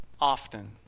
often